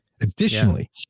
Additionally